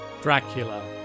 Dracula